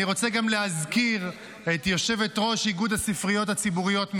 אני רוצה גם להזכיר את יושבת-ראש איגוד הספריות הציבוריות,